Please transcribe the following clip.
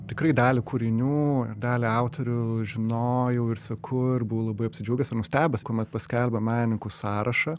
tikrai dalį kūrinių dalį autorių žinojau ir seku ir buvau labai apsidžiaugęs ir nustebęs kuomet paskelbė menininkų sąrašą